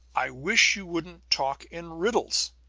i wish you wouldn't talk in riddles!